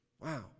Wow